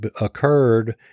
occurred